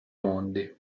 mondi